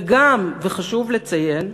וגם, וחשוב לציין,